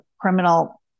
criminal